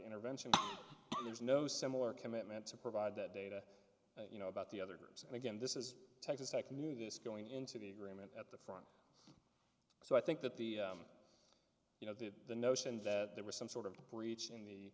intervention there's no similar commitment to provide that data you know about the other groups and again this is texas tech knew this going into the agreement at the front so i think that the you know that the notion that there was some sort of breach in